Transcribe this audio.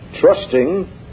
trusting